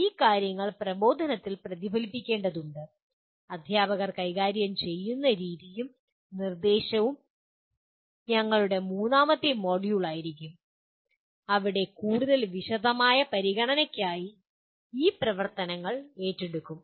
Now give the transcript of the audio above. ഈ കാര്യങ്ങൾ പ്രബോധനത്തിൽ പ്രതിഫലിപ്പിക്കേണ്ടതുണ്ട് അധ്യാപകർ കൈകാര്യം ചെയ്യുന്ന രീതിയും നിർദ്ദേശവും ഞങ്ങളുടെ മൂന്നാമത്തെ മൊഡ്യൂളായിരിക്കും അവിടെ കൂടുതൽ വിശദമായ പരിഗണനകൾക്കായി ഈ പ്രവർത്തനങ്ങൾ ഏറ്റെടുക്കും